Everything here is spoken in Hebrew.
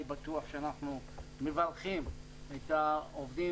אני בטוח שאנחנו מברכים את העובדים